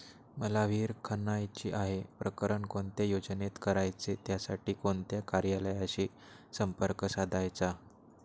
मला विहिर खणायची आहे, प्रकरण कोणत्या योजनेत करायचे त्यासाठी कोणत्या कार्यालयाशी संपर्क साधायचा?